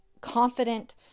confident